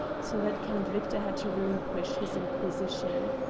so that count victor had to relinquish his inquisition.